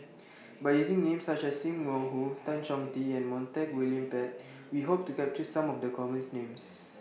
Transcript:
By using Names such as SIM Wong Hoo Tan Chong Tee and Montague William Pett We Hope to capture Some of The commons Names